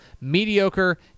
mediocre